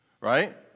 right